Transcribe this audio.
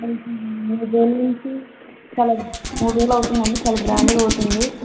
మూడు రోజుల నుంచి చాలా మూడు రోజులు అవుతండి చాలా గ్రాండ్గా అవుతుంది